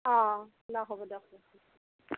দা হবো দক